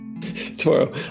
Tomorrow